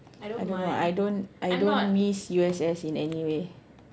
I don't know I don't I don't miss U_S_S in any way